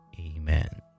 Amen